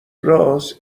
رآس